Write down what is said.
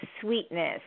sweetness